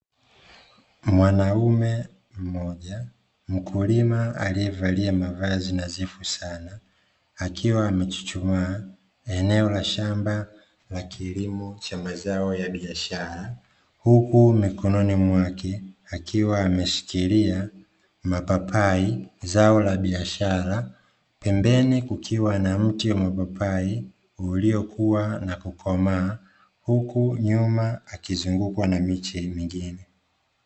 Mwanaume mmoja, mkulima alievalia mavazi nadhifu sana akiwa amechuchumaa eneo la shamba la kilimo cha mazao ya biashara, huku mikononi mwake akiwa ameshikilia mapapai zao la biashara, pembeni kukiwa na mti wa mapapai uliokuwa na kukomaa huku nyuma akizungukwa na miche mingine.